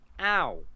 Ow